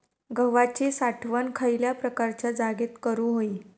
गव्हाची साठवण खयल्या प्रकारच्या जागेत करू होई?